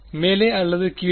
மேலே அல்லது கீழே